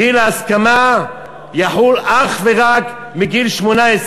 גיל ההסכמה יחול אך ורק מגיל 18,